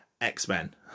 x-men